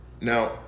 Now